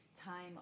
time